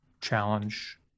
challenge